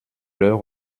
leur